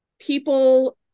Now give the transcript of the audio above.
people